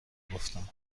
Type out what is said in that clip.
گفتم